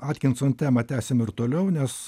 atkinson temą tęsim ir toliau nes